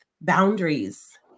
boundaries